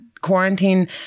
quarantine